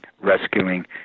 rescuing